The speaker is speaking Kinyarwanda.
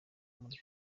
muri